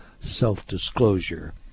self-disclosure